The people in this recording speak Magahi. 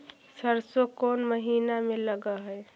सरसों कोन महिना में लग है?